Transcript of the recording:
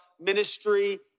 ministry